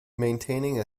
maintaining